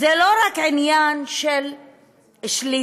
זה לא רק עניין של שליטה